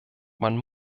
man